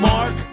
Mark